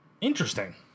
Interesting